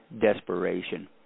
desperation